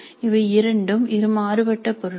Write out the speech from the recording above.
இவை இரண்டும் இரு மாறுபட்ட பொருட்கள்